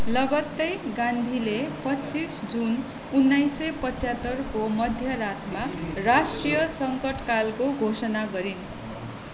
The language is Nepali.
लगत्तै गान्धीले पच्चिस जुन उन्नाइस सय पचहत्तरको मध्यरातमा राष्ट्रिय सङ्कटकालको घोषणा गरिन्